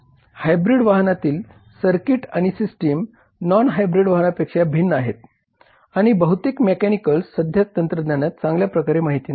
hybrid वाहनातील circuit आणि system non hybrid वाहनांपेक्षा भिन्न आहेत आणि बहुतेक मेकॅनिक्सल सध्या तंत्रज्ञान चांगल्याप्रकारे माहित नाही